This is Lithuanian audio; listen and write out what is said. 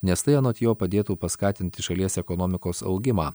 nes tai anot jo padėtų paskatinti šalies ekonomikos augimą